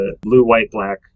blue-white-black